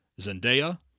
Zendaya